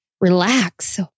relax